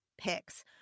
picks